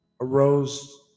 arose